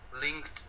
linked